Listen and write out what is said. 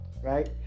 right